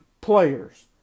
players